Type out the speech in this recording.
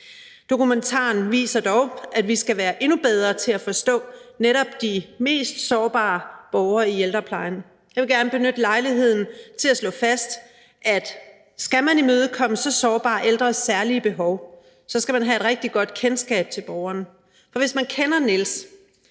Dokumentaren viser dog, at vi skal være endnu bedre til at forstå netop de mest sårbare borgere i ældreplejen. Jeg vil gerne benytte lejligheden til at slå fast, at hvis man skal imødekomme så sårbare ældres særlige behov, skal man have et rigtig godt kendskab til borgeren. For sådan som vi